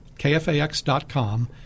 KFAX.com